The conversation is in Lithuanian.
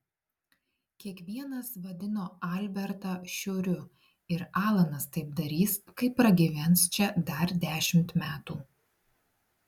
kiekvienas vadino albertą šiuriu ir alanas taip darys kai pragyvens čia dar dešimt metų